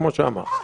כמו שאמרת.